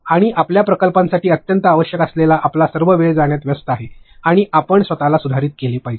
आणि आपल्या प्रकल्पांसाठी अत्यंत आवश्यक असलेला आपला सर्व वेळ जाण्यात व्यस्त आहे आणि आपण स्वतला सुधारित केले पाहिजे